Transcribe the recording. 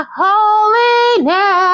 holiness